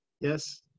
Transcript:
Yes